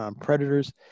predators